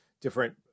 different